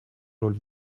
роль